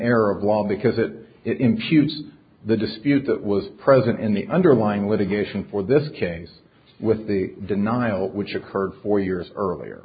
error of law because it infuse the dispute that was present in the underlying litigation for this case with the denial which occurred four years earlier